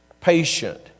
patient